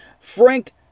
Frank